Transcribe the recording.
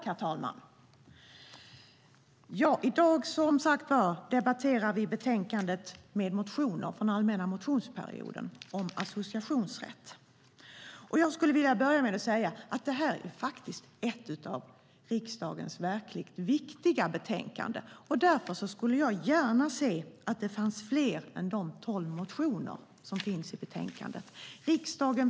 Herr talman! I dag debatterar vi som sagt betänkandet med motioner om associationsrätt från den allmänna motionstiden. Jag skulle vilja börja med att säga att detta är ett av riksdagens verkligt viktiga betänkanden. Därför skulle jag gärna se att det fanns fler än de tolv motioner som finns i betänkandet.